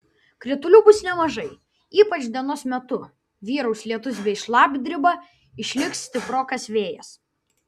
kritulių bus nemažai ypač dienos metu vyraus lietus bei šlapdriba išliks stiprokas vėjas